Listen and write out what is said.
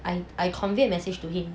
I I convey a message to him